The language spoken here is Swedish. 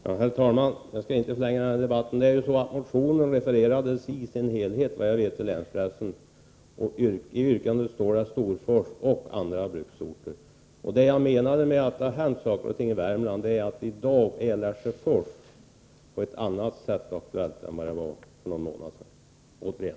Herr talman! Jag skall inte förlänga debatten mycket. Motionen refererades såvitt jag vet i sin helhet i länspressen, och i yrkandet står Storfors och andra orter nämnda. Det jag menade med att det hänt saker i Värmland är att i dag är Lesjöfors på ett annat sätt aktuellt, tyvärr, än det var för någon månad sedan.